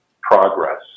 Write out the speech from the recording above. progress